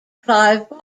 clive